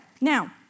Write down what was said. now